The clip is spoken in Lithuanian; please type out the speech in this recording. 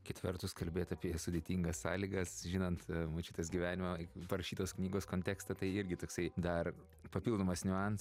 kita vertus kalbi apie sudėtingas sąlygas žinant močiutės gyvenimą parašytos knygos kontekstą tai irgi toksai dar papildomas niuansas